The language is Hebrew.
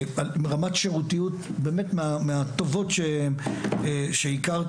רמת שירותיות באמת מהטובות שהכרתי,